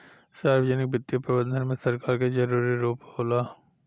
सार्वजनिक वित्तीय प्रबंधन में सरकार के जरूरी रूप होला